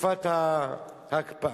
בתקופת ההקפאה.